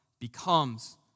becomes